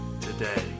today